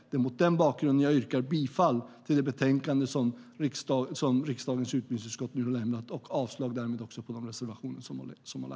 Det är mot denna bakgrund som jag yrkar bifall till förslaget i utbildningsutskottets betänkande och avslag på reservationerna.